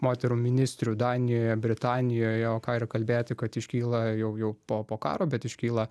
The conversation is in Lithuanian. moterų ministrių danijoje britanijoje o ką ir kalbėti kad iškyla jau jau po po karo bet iškyla